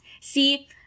See